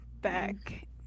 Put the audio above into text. back